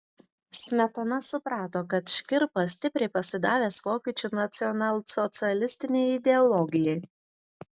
smetona suprato kad škirpa stipriai pasidavęs vokiečių nacionalsocialistinei ideologijai